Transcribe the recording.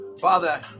Father